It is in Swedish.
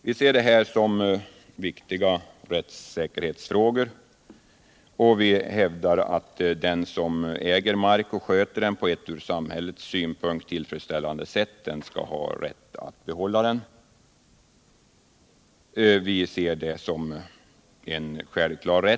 : Vi ser det här som viktiga rättssäkerhetsfrågor, och vi hävdar-att den som äger mark och sköter den på ett ur samhällets synpunkt tillfredsställande sätt skall ha rätt att behålla marken. Vi ser det som en självklar rätt.